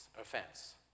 offense